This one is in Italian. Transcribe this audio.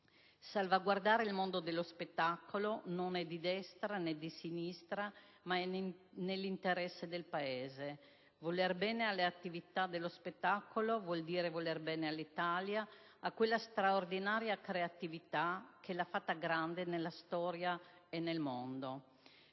Salvaguardare il mondo dello spettacolo non è di destra, né di sinistra, ma è nell'interesse del Paese. Voler bene alle attività dello spettacolo vuol dire voler bene all'Italia, a quella straordinaria creatività che l'ha fatta grande nella storia e nel mondo.